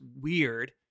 weird